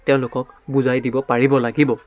তেওঁলোকক বুজাই দিব পাৰিব লাগিব